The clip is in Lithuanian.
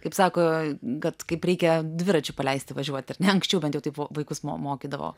kaip sako kad kaip reikia dviračiu paleisti važiuoti ar ne anksčiau bent jau taip vaikus mo mokydavo